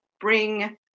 bring